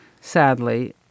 sadly